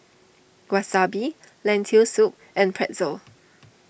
Wasabi Lentil Soup and Pretzel